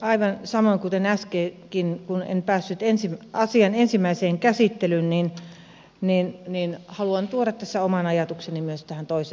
aivan samoin kuin äskenkin kun en päässyt asian ensimmäiseen käsittelyyn haluan tuoda tässä oman ajatukseni myös tähän toiseen käsittelyyn